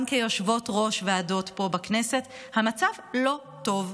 גם כיושבות-ראש ועדות פה בכנסת, המצב לא טוב.